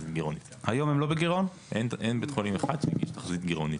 אין בית חולים אחד שהגיש תחזית גירעונית.